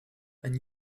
and